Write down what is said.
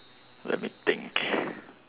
let me think